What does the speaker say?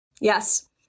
Yes